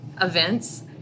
events